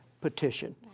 Petition